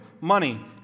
money